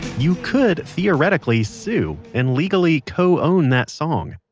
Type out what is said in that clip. you could theoretically sue and legally co-own that song.